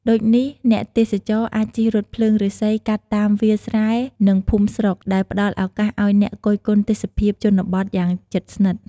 ដូចនេះអ្នកទេសចរអាចជិះរថភ្លើងឫស្សីកាត់តាមវាលស្រែ និងភូមិស្រុក ដែលផ្តល់ឱកាសឱ្យអ្នកគយគន់ទេសភាពជនបទយ៉ាងជិតស្និទ្ធ។